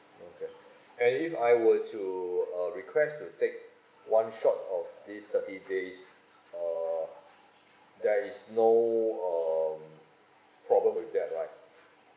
okay and if I were to uh request to take one shot of this thirty days uh there is no um problem with that right